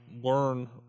learn